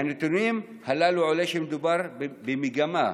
מהנתונים הללו עולה שמדובר במגמה.